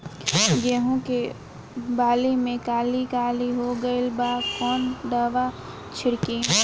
गेहूं के बाली में काली काली हो गइल बा कवन दावा छिड़कि?